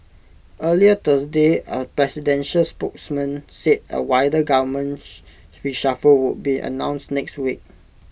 earlier Thursday A presidential spokesman said A wider government reshuffle would be announced next week